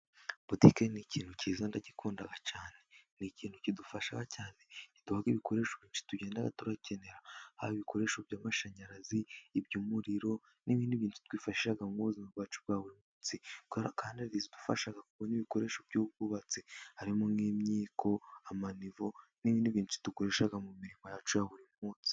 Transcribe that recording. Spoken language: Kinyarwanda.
Butike ni ikintu cyiza ndagikunda cyane ni ikintu kidufasha cyane kiduha ibikoresho byinshi tugenda turakenera, byaba ibikoresho by'amashanyarazi, iby'umuriro n'ibindi bintu twifashisha mu buzima bwacu bwa buri munsi, kandi hari izidufasha kubona ibikoresho by'ubwubatsi harimo nk'imyiko, amanivo, n'ibindi byinshi dukoresha mu mirimo yacu ya buri munsi.